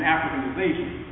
Africanization